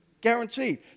Guaranteed